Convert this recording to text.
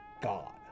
god